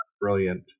brilliant